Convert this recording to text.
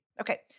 Okay